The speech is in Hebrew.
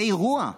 זה אירוע,